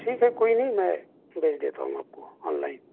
ٹھیک ہے کوئی نہیں میں بھیج دیتا ہوں آپ کو آن لائن